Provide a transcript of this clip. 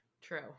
True